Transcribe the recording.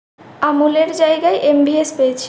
আমূলের জায়গায় M V S পেয়েছি